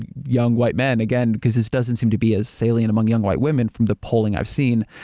and young white men, again, because this doesn't seem to be as salient among young white women from the polling i've seen,